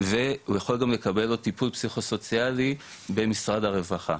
והוא יכול גם לקבל טיפול פסיכוסוציאלי במשרד הרווחה.